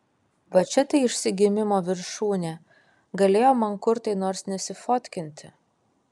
va čia tai išsigimimo viršūnė galėjo mankurtai nors nesifotkinti